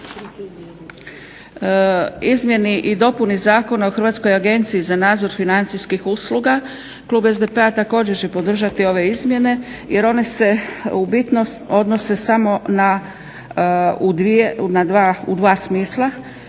izmjeni i dopuni Zakona o Hrvatskoj agenciji za nadzor financijskih usluga klub SDP-a također će podržati ove izmjene jer one se u bitnom odnose samo u dva smisla.